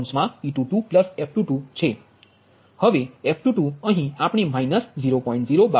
હવે f22 અહીં આપણે માઈનસ 0